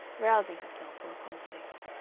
rousing herself for a conflict.